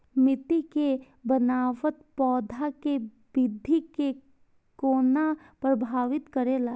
मिट्टी के बनावट पौधा के वृद्धि के कोना प्रभावित करेला?